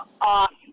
off